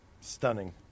stunning